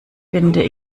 finde